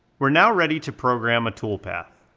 we're now ready to program a toolpath.